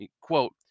quote